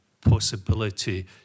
possibility